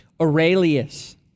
Aurelius